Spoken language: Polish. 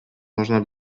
można